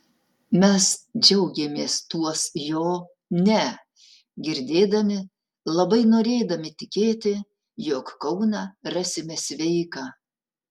mes džiaugėmės tuos jo ne girdėdami labai norėdami tikėti jog kauną rasime sveiką